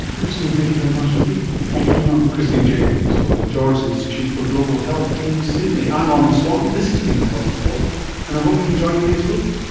christine, thank you very much indeed. thank you, norman. know christine jenkins of the george institute for global health in sydney. i'm norman swan. this has been the health report and i hope you can join me next week